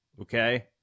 okay